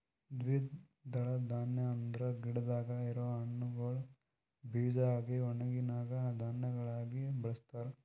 ದ್ವಿದಳ ಧಾನ್ಯ ಅಂದುರ್ ಗಿಡದಾಗ್ ಇರವು ಹಣ್ಣುಗೊಳ್ ಬೀಜ ಆಗಿ ಒಣುಗನಾ ಧಾನ್ಯಗೊಳಾಗಿ ಬಳಸ್ತಾರ್